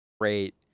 great